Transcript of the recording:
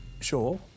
sure